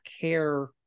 care